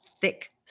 thick